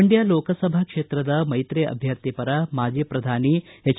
ಮಂಡ್ಕ ಲೋಕಸಭಾ ಕ್ಷೇತ್ರದ ಮೈತ್ರಿ ಅಭ್ಯರ್ಥಿ ಪರ ಮಾಜಿ ಪ್ರಧಾನಿ ಎಜ್